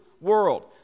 world